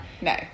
no